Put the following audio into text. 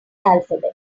alphabet